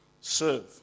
serve